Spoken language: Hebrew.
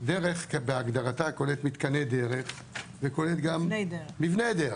הדרך כהגדרתה כוללת מתקני דרך וכוללת גם מבני דרך.